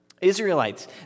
Israelites